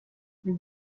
les